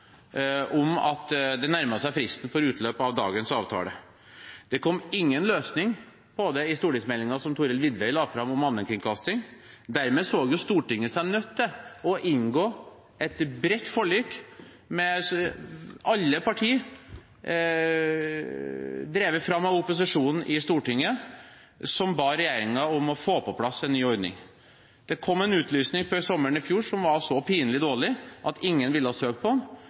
om at det nærmet seg fristen for utløp av dagens avtale. Det kom ingen løsning på det i stortingsmeldingen som Thorhild Widvey la fram om allmennkringkasting. Dermed så Stortinget seg nødt til å inngå et bredt forlik med alle partier, drevet fram av opposisjonen i Stortinget, som ba regjeringen om å få på plass en ny ordning. Det kom en utlysning før sommeren i fjor som var så pinlig dårlig at ingen ville søke på den. Dermed ble regjeringen tvunget til å komme på